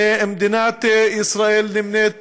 שמדינת ישראל נמנית